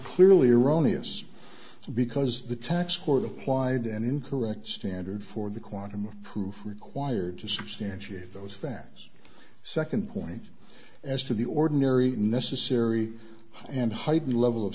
clearly erroneous because the tax court applied an incorrect standard for the quantum of proof required to substantiate those fans second point as to the ordinary necessary and heightened level of